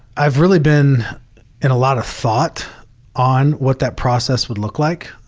i've really been in a lot of thought on what that process would look like,